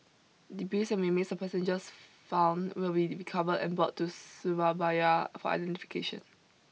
Debris and remains of passengers found will be recovered and brought to Surabaya for identification